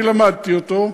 אני למדתי אותו.